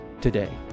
today